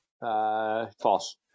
False